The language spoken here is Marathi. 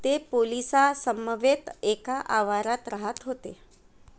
ते पोलिसासमवेत एका आवारात राहात होते